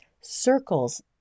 circles